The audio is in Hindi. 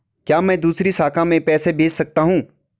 क्या मैं दूसरी शाखा में पैसे भेज सकता हूँ?